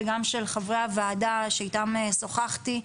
וגם של חברי הוועדה שאיתם שוחחתי,